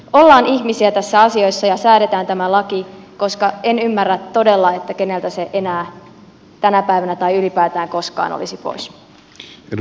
ollaan ihmisiä tässä asiassa ja säädetään tämä laki koska en ymmärrä todella keneltä se enää tänä päivänä tai ylipäätään koskaan olisi pois